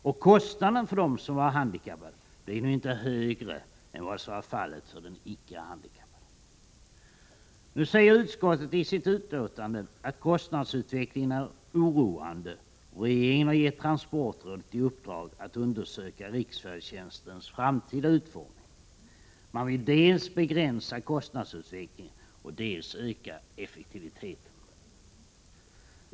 Och kostnaden för dem som var handikappade blev inte högre än vad som var fallet för den icke-handikappade. Nu säger utskottet i sitt betänkande att kostnadsutvecklingen är oroande, och regeringen har gett transportrådet i uppdrag att undersöka riksfärdtjänstens framtida utformning. Man vill dels begränsa kostnadsutvecklingen, dels öka effektiviteten.